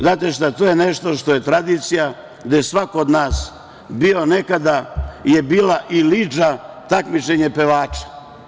Znate, to je nešto što je tradicija, gde je svako od nas bio nekada je bila Ilidža, takmičenje pevača.